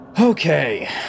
Okay